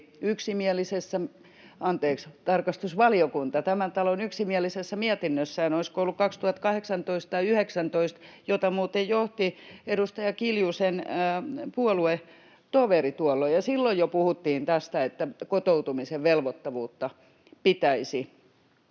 talon tarkastusvaliokunta tästä jo huomautti yksimielisessä mietinnössään, olisiko ollut 2018 tai 2019, ja sitä muuten johti edustaja Kiljusen puoluetoveri tuolloin. Silloin jo puhuttiin tästä, että kotoutumisen velvoittavuutta pitäisi